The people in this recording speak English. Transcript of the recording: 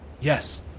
Yes